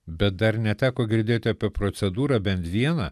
bet dar neteko girdėti apie procedūrą bent vieną